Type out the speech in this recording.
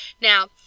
Now